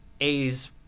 A's